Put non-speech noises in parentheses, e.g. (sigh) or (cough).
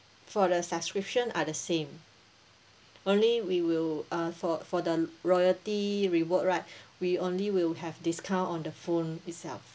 for the subscription are the same only we will uh for for the royalty reward right (breath) we only will have discount on the phone itself